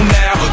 now